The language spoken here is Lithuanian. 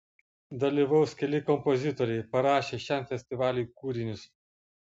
dalyvaus keli kompozitoriai parašę šiam festivaliui kūrinius